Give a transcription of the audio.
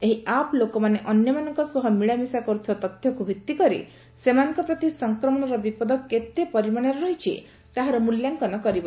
ଏହି ଆପ୍ ଲୋକମାନେ ଅନ୍ୟମାନଙ୍କ ସହ ମିଳାମିଶା କରୁଥିବା ତଥ୍ୟକୁ ଭିଭିକରି ସେମାନଙ୍କ ପ୍ରତି ସଂକ୍ରମଣର ବିପଦ କେତେ ପରିମାଣରେ ରହିଛି ତାହାର ମୂଲ୍ୟାଙ୍କନ କରିବ